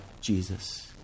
Jesus